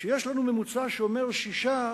כשיש לנו ממוצע שאומר 6,